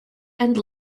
and